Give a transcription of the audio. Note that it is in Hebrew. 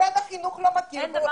משרד החינוך לא מכיר בו.